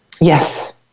yes